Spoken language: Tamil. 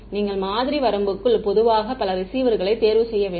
நீங்கள் மாதிரி வரம்புக்குள் பொதுவாக பல ரிசீவர்ளை தேர்வு செய்ய வேண்டும்